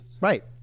Right